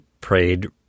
prayed